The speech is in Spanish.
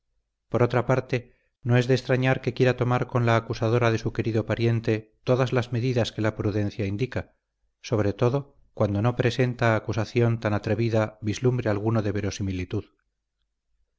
por otra parte no es de extrañar que quiera tomar con la acusadora de su querido pariente todas las medidas que la prudencia indica sobre todo cuando no presenta acusación tan atrevida vislumbre alguno de verosimilitud